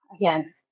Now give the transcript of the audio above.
again